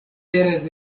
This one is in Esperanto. pere